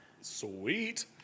Sweet